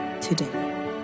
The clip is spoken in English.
today